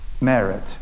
merit